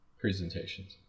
presentations